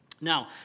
Now